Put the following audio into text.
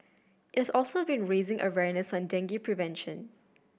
it has also been raising awareness on dengue prevention